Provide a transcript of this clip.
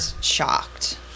Shocked